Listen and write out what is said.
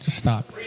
Stop